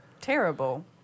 Terrible